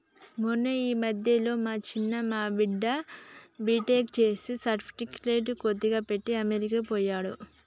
మొన్న ఈ మధ్యనే మా చిన్న మా బిడ్డ బీటెక్ చేసి సర్టిఫికెట్లు కొద్దిగా పెట్టి అమెరికా పోయిండు